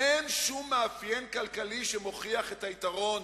אין שום מאפיין כלכלי שמוכיח את היתרון